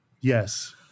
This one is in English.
Yes